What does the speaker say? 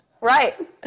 right